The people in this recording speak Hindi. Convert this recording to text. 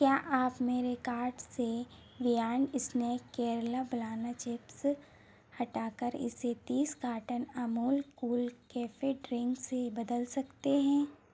क्या आप मेरे कार्ट से beyond snack Kerala banana chips हटाकर इसे तीस carton Amul cool cafe drink से बदल सकते हैं